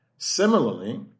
Similarly